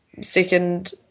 second